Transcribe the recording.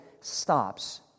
stops